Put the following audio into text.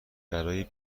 برای